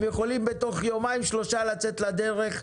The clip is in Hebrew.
הם יכולים בתוך יומיים-שלושה לצאת לדרך.